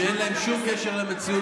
שאין להן שום קשר למציאות,